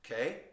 okay